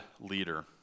leader